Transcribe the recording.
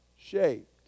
shaped